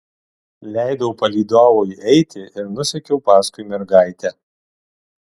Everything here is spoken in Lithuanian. leidau palydovui eiti ir nusekiau paskui mergaitę